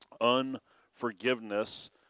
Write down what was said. unforgiveness